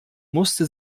musste